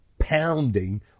pounding